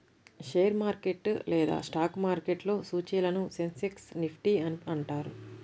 share market లేదా stock మార్కెట్లో సూచీలను సెన్సెక్స్, నిఫ్టీ అని అంటారు